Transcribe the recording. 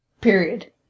Period